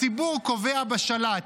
הציבור קובע בשלט.